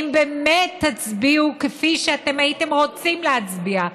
אם באמת תצביעו כפי שאתם הייתם רוצים להצביע,